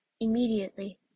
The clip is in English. immediately